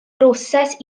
broses